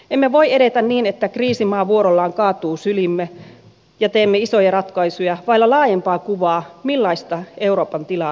emme voi edetä niin että kriisimaa vuorollaan kaatuu syliimme ja teemme isoja ratkaisuja vailla laajempaa kuvaa siitä millaista euroopan tilaa tavoittelemme